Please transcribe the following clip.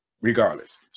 regardless